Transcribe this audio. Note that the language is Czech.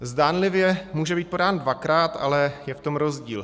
Zdánlivě může být podán dvakrát, ale je v tom rozdíl.